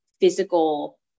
physical